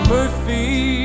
Murphy